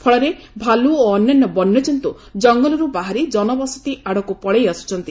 ଫଳରେ ଭାଲୁ ଓ ଅନ୍ୟାନ୍ୟ ବନ୍ୟଜନ୍ତୁ ଜଙ୍ଗଲରୁ ବାହାରି ଜନବସତି ଆଡକୁ ପଳେଇ ଆସୁଛନ୍ତି